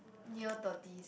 near thirty